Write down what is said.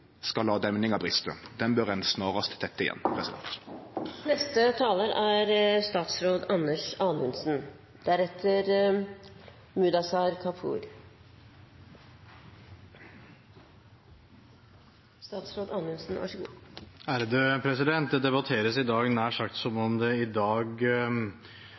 skal la demninga breste. Ho bør ein snarast tette igjen. Det debatteres i dag nær sagt som om det i dag